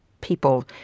people